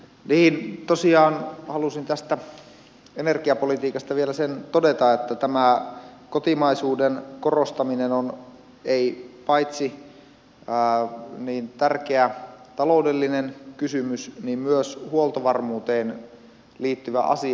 niin tosiaan halusin tästä energiapolitiikasta vielä sen todeta että tämä kotimaisuuden korostaminen on paitsi tärkeä taloudellinen kysymys myös huoltovarmuuteen liittyvä asia